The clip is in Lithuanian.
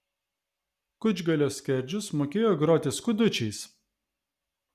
kučgalio skerdžius mokėjo groti skudučiais